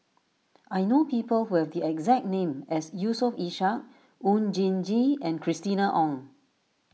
I know people who have the exact name as Yusof Ishak Oon Jin Gee and Christina Ong